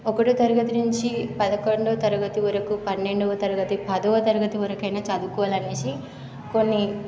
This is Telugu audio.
ఒకటో తరగతి నుంచి పదకొండో తరగతి వరకు పన్నెండోవ తరగతి పదవ తరగతి వరకు అయినా చదువుకోవాలని అనేసి కొన్నీ